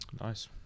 Nice